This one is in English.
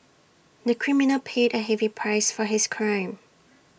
the criminal paid A heavy price for his crime